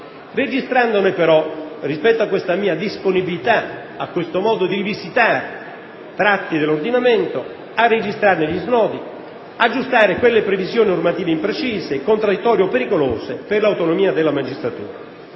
registrandone però, rispetto a questa mia disponibilità a questo modo di rivisitare tratti dell'ordinamento, gli snodi per aggiustare quelle previsioni normative imprecise, contraddittorie o pericolose per l'autonomia della magistratura.